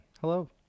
hello